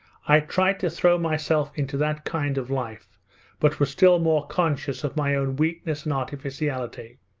i tried to throw myself into that kind of life but was still more conscious of my own weakness and artificiality.